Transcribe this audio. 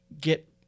get